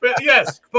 yes